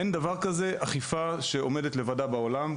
אין דבר כזה אכיפה שעומדת לבדה בעולם.